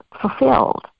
fulfilled